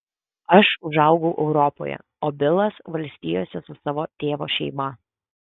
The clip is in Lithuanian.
aš užaugau europoje o bilas valstijose su savo tėvo šeima